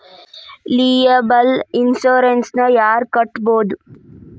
Liable insurance ನ ಯಾರ್ ಕಟ್ಬೊದು?